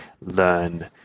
learn